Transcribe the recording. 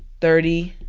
thirty